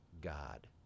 God